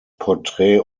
porträt